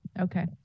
okay